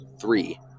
three